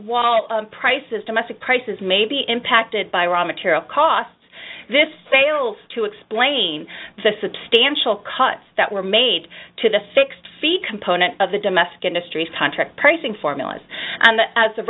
wall prices domestic prices may be impacted by raw material costs this fails to explain the substantial cuts that were made to the fixed fee component of the domestic industries contract pricing formulas and as